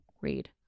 read